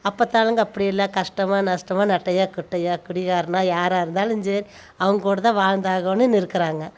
அப்பத்து ஆளுங்கள் அப்படி இல்லை கஷ்டமோ நஷ்டமோ நெட்டையோ குட்டையோ குடிகாரனோ யாராக இருந்தாலும் சரி அவங்க கூடதான் வாழ்ந்தாகணும்னு இருக்கிறாங்க